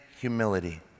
humility